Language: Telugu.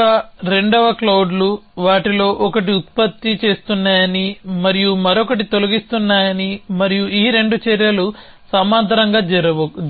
ఒక రెండవ క్లౌడ్లు వాటిలో ఒకటి ఉత్పత్తి చేస్తున్నాయని మరియు మరొకటి తొలగిస్తున్నాయని మరియు ఈ రెండు చర్యలు సమాంతరంగా